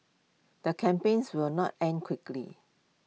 the campaigns will not end quickly